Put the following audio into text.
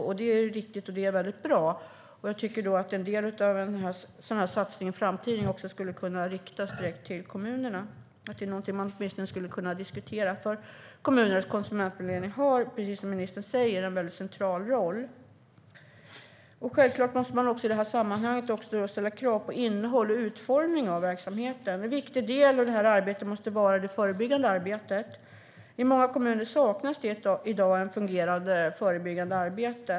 Det är riktigt, och det är väldigt bra. Jag tycker att en del av en sådan satsning i framtiden också skulle kunna riktas direkt till kommunerna, att det är någonting man åtminstone skulle kunna diskutera, för kommunernas konsumentvägledning har, precis som ministern säger, en väldigt central roll. Självklart måste man också i det här sammanhanget ställa krav på innehåll och utformning av verksamheten. En viktig del av detta arbete måste vara det förebyggande arbetet. I många kommuner saknas det i dag ett fungerande förebyggande arbete.